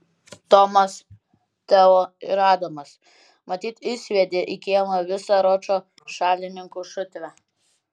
tomas teo ir adamas matyt išsviedė į kiemą visą ročo šalininkų šutvę